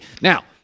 Now